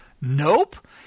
Nope